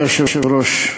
אדוני היושב-ראש,